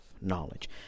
Knowledge